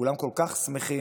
כולם כל כך שמחים,